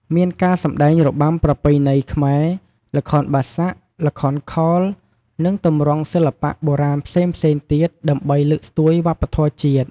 មានការសម្តែងរបាំប្រពៃណីខ្មែរ ល្ខោនបាសាក់ ល្ខោនខោល និងទម្រង់សិល្បៈបុរាណផ្សេងៗទៀត ដើម្បីលើកស្ទួយវប្បធម៌ជាតិ។